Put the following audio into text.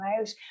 out